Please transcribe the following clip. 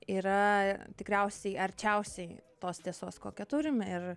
yra tikriausiai arčiausiai tos tiesos kokią turim ir